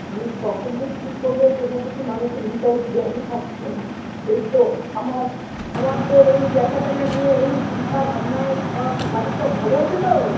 মানে কখন যে কী করবে কোনো কিছু মানুষের হিতাহিত জ্ঞানই থাকছে না এই তো আমার আমার তো এই বেচাকেনা নিয়ে এই চিন্তা ভাবনায় সব বাড়ির সব ভালো আছে তো